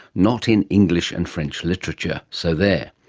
not in english and french literature. so there.